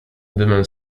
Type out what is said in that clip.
dymem